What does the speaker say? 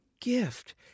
gift